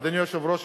אדוני היושב-ראש,